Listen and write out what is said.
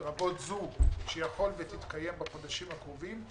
לרבות זו שיכול ותתקיים בחודשים הקרובים,